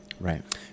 Right